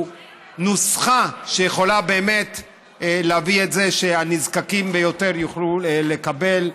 נוסחה שיכולה באמת להביא את זה שהנזקקים ביותר יוכלו לקבל.